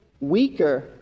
weaker